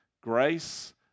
grace